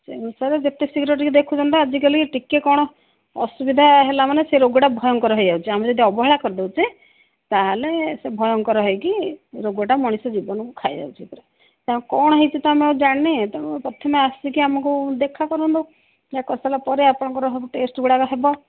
ସେ ବିଷୟରେ ଯେତେ ଶୀଘ୍ର ଟିକେ ଦେଖୁଛନ୍ତି ତ ଆଜିକାଲି ଟିକେ କ'ଣ ଅସୁବିଧା ହେଲା ମାନେ ସେ ରୋଗଟା ଭୟଙ୍କର ହେଇଯାଉଛି ଆମେ ଯଦି ଅବହେଳା କରିଦଉଛି ତା'ହେଲେ ସେ ଭୟଙ୍କର ହେଇକି ରୋଗଟା ମଣିଷ ଜୀବନକୁ ଖାଇଯାଉଛି ତ କ'ଣ ହେଇଛି ତ ଆମେ ଆଉ ଜାଣିନେ ତ ପ୍ରଥମେ ଆସିକି ଆମକୁ ଦେଖା କରନ୍ତୁ ଦେଖା କରି ସରିଲା ପରେ ଆପଣଙ୍କର ସବୁ ଟେଷ୍ଟ ଗୁଡ଼ାକ ହେବ